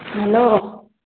hello